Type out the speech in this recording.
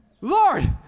Lord